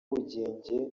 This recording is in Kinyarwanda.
bugenge